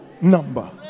number